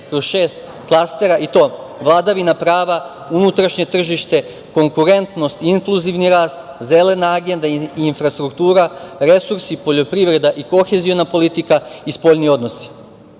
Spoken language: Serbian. kroz šest klastera i to: vladavina prava, unutrašnje tržište, konkurentnost, inkluzivni rast, zelena agenda i infrastruktura, resursi, poljoprivreda i koheziona politika i spoljni odnosi.U